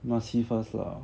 must see first lah